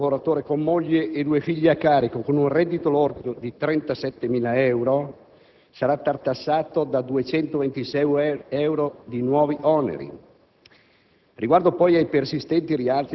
L'Adusbef ha tra l'altro stimato che un lavoratore con moglie e due figli a carico, con un reddito lordo di 37.000 euro, sarà tartassato da 226 euro di nuovi oneri.